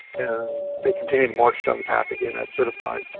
and they continue to march down the path again, that's certified.